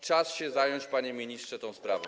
Czas się zająć, panie ministrze, tą sprawą.